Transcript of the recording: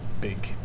big